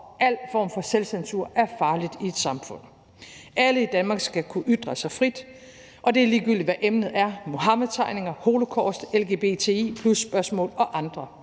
al form for selvcensur er farligt i et samfund. Alle i Danmark skal kunne ytre sig frit, og det er ligegyldigt, hvad emnet er: Muhammedtegninger, holocaust, lgbti+-spørgsmål eller andet.